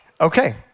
Okay